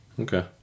Okay